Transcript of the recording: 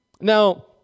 Now